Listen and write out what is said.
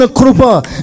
Krupa